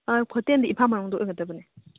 ꯑꯥ ꯍꯣꯇꯦꯜꯗꯤ ꯏꯝꯐꯥꯜ ꯃꯅꯨꯡꯗ ꯑꯣꯏꯒꯗꯕꯅꯦ